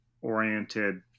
oriented